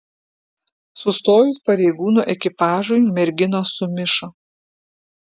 sustojus pareigūnų ekipažui merginos sumišo